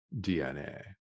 DNA